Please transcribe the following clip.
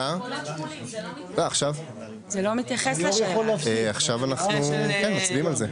עכשיו אנחנו מצביעים על זה.